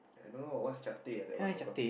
I don't know ah what's Chapteh ah that one call